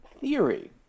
theory